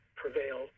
prevail